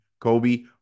Kobe